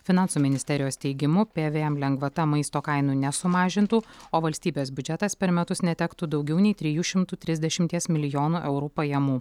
finansų ministerijos teigimu pvm lengvata maisto kainų nesumažintų o valstybės biudžetas per metus netektų daugiau nei trijų šimtų trisdešimies milijonų eurų pajamų